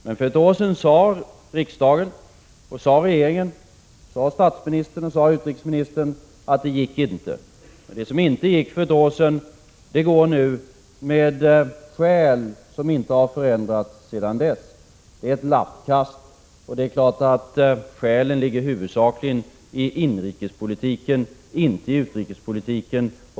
Men för ett år sedan sade riksdagen, regeringen, statsministern och utrikesministern att det inte gick, och det som inte gick för ett år sedan det går nu med skäl som inte har förändrats sedan dess. Det är ett lappkast, och det är klart att skälen huvudsakligen är inrikespolitiska och inte utrikespolitiska.